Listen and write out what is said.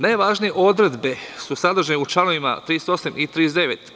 Najvažnije odredbe su sadržane u članovima 38. i 39.